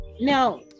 Now